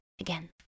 again